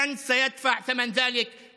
גנץ ישלם, ) שוכרן, חביבי.